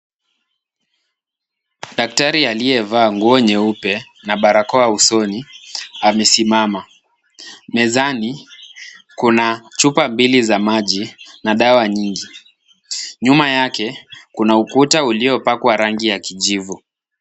Daktari aliyevaa nguo nyeupe na barakoa usoni amesimama. Mezani kuna chupa mbili za maji na dawa nyingi. Nyuma yake, kuna ukuta uliopakwa rangi ya kijivu.